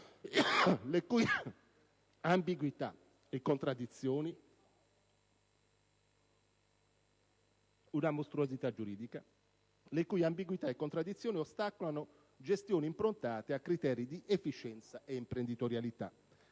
le cui ambiguità e contraddizioni ostacolano gestioni improntate a criteri di efficienza e imprenditorialità.